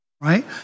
right